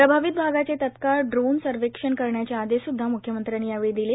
प्रभावित भागाचे तत्काळ ड्रोन सर्वेक्षण करण्याचे आदेश सुद्धा म्ख्यमंत्र्यांनी यावेळी दिले